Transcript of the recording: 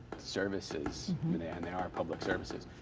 services. and they are public services.